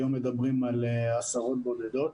היום מדברים על עשרות בודדות.